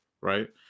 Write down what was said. right